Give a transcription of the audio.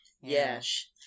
yes